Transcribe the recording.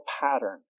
pattern